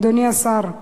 אדוני השר.